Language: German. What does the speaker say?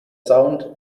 sound